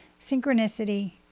Synchronicity